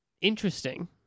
Interesting